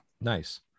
Nice